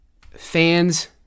fans